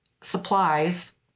supplies